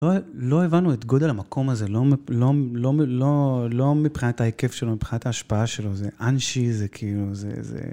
לא הבנו את גודל המקום הזה, לא, לא מבחינת ההיקף שלו, מבחינת ההשפעה שלו, זה אנשי, זה כאילו, זה...